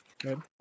Good